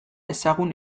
ezagun